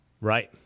Right